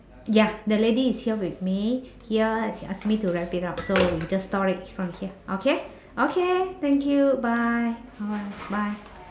ya the lady is here with me here she ask me to wrap it up so we just stop it from here okay okay thank you bye bye bye